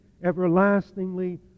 Everlastingly